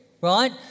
right